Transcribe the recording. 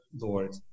Lord